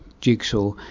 jigsaw